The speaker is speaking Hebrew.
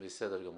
בסדר גמור.